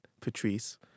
Patrice